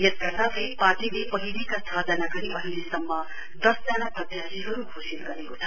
यसका साथै पार्टीले पहिलेका छ जना गरी अहिलेसम्म दसजना प्रत्याशीहरु घोषित गरेको छ